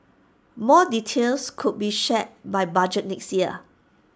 more details could be shared by budget next year